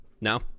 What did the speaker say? No